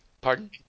Pardon